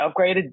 upgraded